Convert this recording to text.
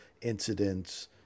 incidents